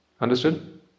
Understood